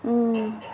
ہوں